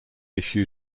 issue